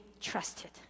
trusted